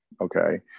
okay